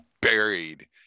buried